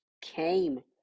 came